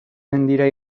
mendira